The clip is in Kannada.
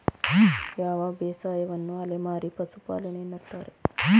ಯಾವ ಬೇಸಾಯವನ್ನು ಅಲೆಮಾರಿ ಪಶುಪಾಲನೆ ಎನ್ನುತ್ತಾರೆ?